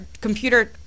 computer